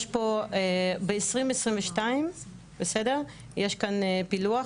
יש פה ב-2022 יש כאן פילוח,